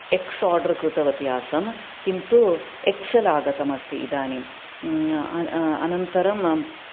X order कृतवती आसम् कितु एक्सेल् आगतम् अस्ति इदानीं अनन्तरम्